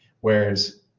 Whereas